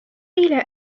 إلى